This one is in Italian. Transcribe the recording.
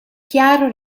chiaro